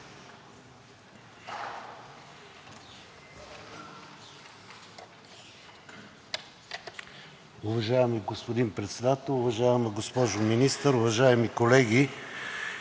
Уважаеми господин Председател, уважаема госпожо Министър, уважаеми колеги!